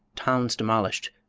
towns demolished,